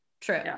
true